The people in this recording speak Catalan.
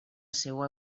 seua